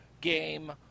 game